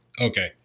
Okay